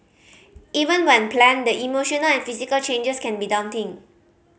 even when planned the emotional and physical changes can be daunting